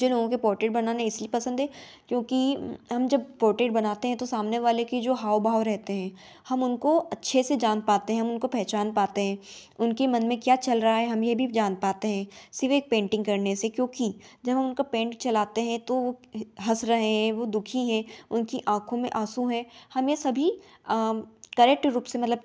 जिन लोगों के पोर्ट्रेट बनाने इसलिए पसंद है क्योंकि हम जब पोर्ट्रेट बनाते हैं तो सामने वाले कि जो हाव भाव रहते हैं हम उनको अच्छे से जान पाते हैं हम उनको पहचान पाते हैं उनकी मन में क्या चल रहा है हम ये भी जान पाते हैं सिर्फ एक पेंटिंग करने से क्योंकि जब हम उनको पेंट चलाते हैं तो वो हंस रहे हैं वो दुखी हैं उनकी आँखों में आँसू हैं हमें सभी करेक्ट रूप से मतलब